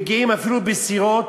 מגיעים אפילו בסירות,